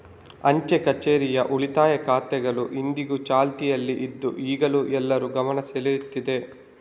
ಅಂಚೆ ಕಛೇರಿಯ ಉಳಿತಾಯ ಖಾತೆಗಳು ಇಂದಿಗೂ ಚಾಲ್ತಿಯಲ್ಲಿ ಇದ್ದು ಈಗಲೂ ಎಲ್ಲರ ಗಮನ ಸೆಳೀತಿದೆ